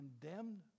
condemned